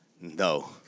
No